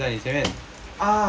ah shit